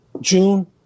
June